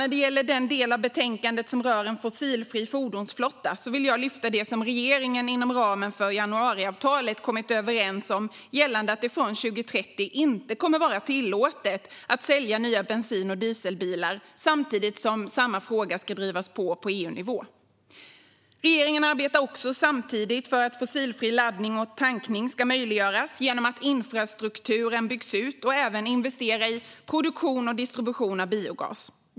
När det gäller den del av betänkandet som rör en fossilfri fordonsflotta vill jag lyfta fram det som regeringen inom ramen för januariavtalet kommit överens om gällande att det från 2030 inte kommer att vara tillåtet att sälja nya bensin och dieselbilar, samtidigt som samma fråga ska drivas på EU-nivå. Regeringen arbetar samtidigt för att fossilfri laddning och tankning ska möjliggöras genom att infrastrukturen byggs ut och genom investeringar i produktion och distribution av biogas.